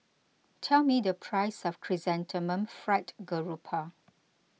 tell me the price of Chrysanthemum Fried Garoupa